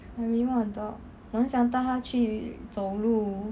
I really want a dog 我很想带它去走路